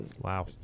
Wow